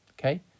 Okay